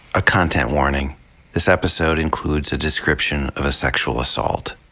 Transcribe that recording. a content warning this episode includes a description of a sexual assault.